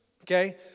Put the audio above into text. okay